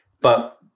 But-